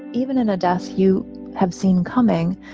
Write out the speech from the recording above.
even in a death you have seen coming.